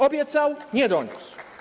Obiecał, nie doniósł.